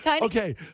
Okay